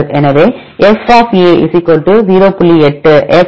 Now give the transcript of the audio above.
எனவே f 0